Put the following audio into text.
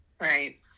Right